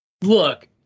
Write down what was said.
look